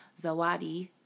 zawadi